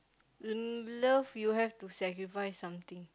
uh love you have to sacrifice something